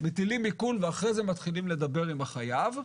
מטילים עיקול ואחרי זה מתחילים לדבר עם החייב,